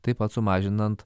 taip pat sumažinant